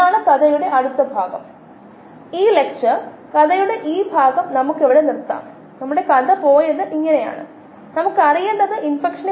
അന്നജം സെല്ലുലോസും lignocellulosic വസ്തുക്കളും ഗ്ലൂക്കോസിന് നല്ലൊരു ബദലാണ് അന്നജവും സെല്ലുലോസും ഇതിനകം വളരെയധികം ഉപയോഗിച്ചു ഗ്ലൂക്കോസ് ലഭിക്കുന്നതിന് ലിഗ്നോ സെല്ലുലോസിക് വസ്തുക്കളുടെ ഉപയോഗത്തിൽ ധാരാളം ഗവേഷണങ്ങൾ നടക്കുന്നു